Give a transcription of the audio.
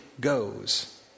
goes